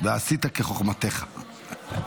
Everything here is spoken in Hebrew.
ועשית כחוכמתך.